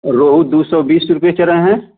और रोहू दो सौ बीस रू बेच रहे हैं